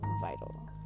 vital